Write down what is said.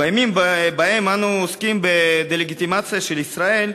בימים שבהם אנו עוסקים בדה-לגיטימציה של ישראל,